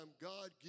God